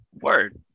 Word